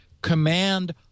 command